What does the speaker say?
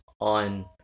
on